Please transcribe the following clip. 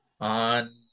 on